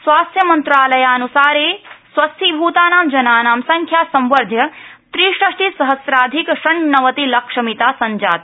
स्वास्थ्यमन्त्रालयान्सारे स्वस्थीभूतानां जनानां संख्या संवर्ध्य त्रिषष्टिसहस्राधिक षण्णवतिलक्षमिता सञ्जाता